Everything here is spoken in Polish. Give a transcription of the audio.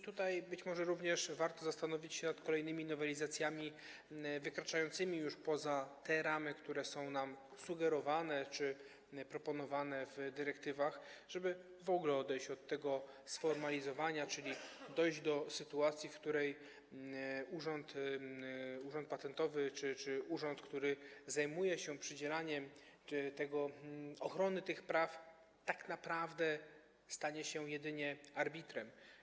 Tutaj być może również warto zastanowić się nad kolejnymi nowelizacjami wykraczającymi już poza te ramy, które są nam sugerowane czy proponowane w dyrektywach, żeby w ogóle odejść od tego sformalizowania, czyli dojść do sytuacji, w której Urząd Patentowy czy urząd, który zajmuje się przydzielaniem ochrony tych praw, tak naprawdę stanie się jedynie arbitrem.